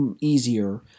easier